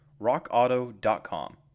rockauto.com